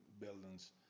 buildings